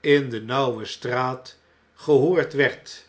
in de nauwe de voobbekeiding straat gehoord werd